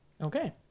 Okay